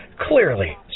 clearly